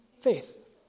Faith